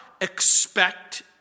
Expect